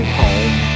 home